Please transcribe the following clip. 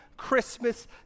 Christmas